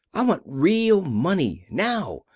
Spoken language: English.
i want real money. now!